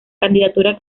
candidatura